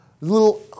Little